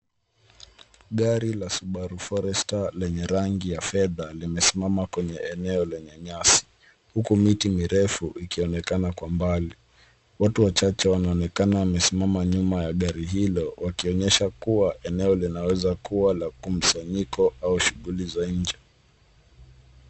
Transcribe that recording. Gari ya Subaru Forester lenye rangi ya fedha limesimama kwenye eneo lenye nyasi huku miti mirefu ikionekana kwa umbali. Watu wachache wanaonekana wamesimama nyuma ya gari hilo wakionyesha kuwa eneo linaweza kuwa la mkusanyiko au shughuli za nje.